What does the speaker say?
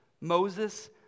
Moses